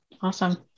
Awesome